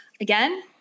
again